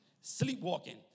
Sleepwalking